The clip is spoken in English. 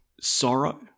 sorrow